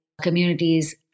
communities